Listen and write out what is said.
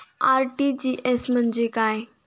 RTGS म्हणजे काय?